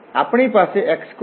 તેથી અમારી પાસે x2y2 z છે